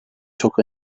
çok